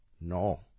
No